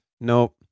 nope